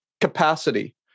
capacity